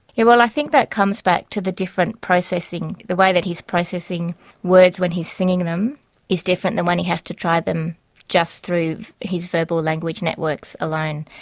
and well, i think that comes back to the different processing. the way that he is processing words when he is singing them is different than when he has to try them just through his verbal language networks alone.